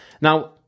Now